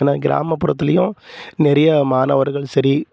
ஆனால் கிராமபுறத்துலேயும் நிறையா மாணவர்களும் சரி